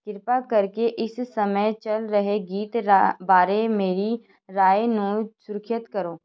ਕਿਰਪਾ ਕਰਕੇ ਇਸ ਸਮੇਂ ਚੱਲ ਰਹੇ ਗੀਤ ਰਾ ਬਾਰੇ ਮੇਰੀ ਰਾਏ ਨੂੰ ਸੁਰੱਖਿਅਤ ਕਰੋ